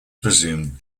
presumed